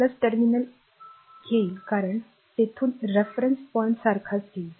हे टर्मिनल घेईल कारण तेथून reference point संदर्भ बिंदू सारखाच घेईल